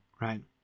right